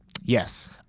Yes